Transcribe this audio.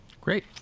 Great